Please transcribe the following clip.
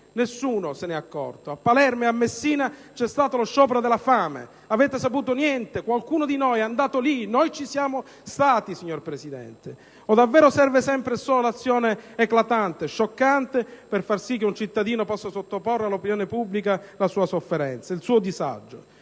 Nessuno se ne è accorto. A Palermo ed a Messina c'è stato uno sciopero della fame: ne avete saputo niente? Qualcuno di voi è andato lì? Noi ci siamo stati, signor Presidente. O davvero serve sempre e solo l'azione eclatante e scioccante per far sì che un cittadino possa sottoporre all'opinione pubblica la sua sofferenza ed il suo disagio?